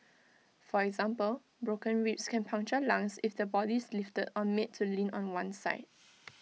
for example broken ribs can puncture lungs if the body is lifted or made to lean on one side